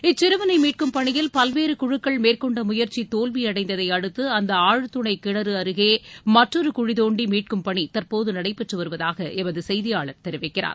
இச்சிறுவனை மீட்கும் பணியில் பல்வறே குழுக்கள் மேற்கொண்ட முயற்சி தோல்வியடைந்ததை அடுத்து அந்த ஆழ்துளை கிணறு அருகே மற்றொரு குழித்தோண்டி மீட்கும் பணி தற்போது நடைபெற்று வருவதாக எமது செய்தியாளர் தெரிவிக்கிறார்